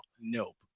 Nope